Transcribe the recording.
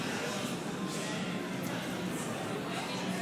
62 מתנגדים.